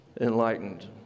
enlightened